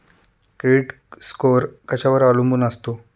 Credit score कशावर अवलंबून असतो?